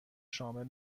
شامل